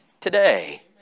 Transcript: today